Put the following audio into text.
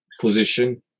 position